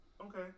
okay